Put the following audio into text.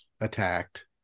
attacked